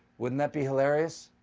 wouldn't that be hilarious?